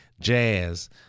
jazz